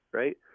right